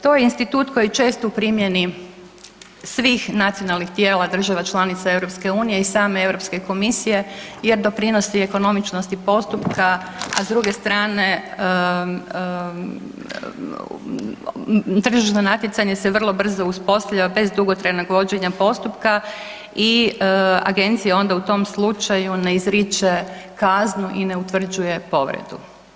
To je institut koji često u primjeni svih nacionalnih tijela država članica EU-a i same Europske komisije jer doprinosi ekonomičnosti postupka a s druge strane tržišno natjecanje se vrlo brzo uspostavlja bez dugotrajnog vođenja postupka i agencija onda u tom slučaju ne izriče kaznu i ne utvrđuje povredu.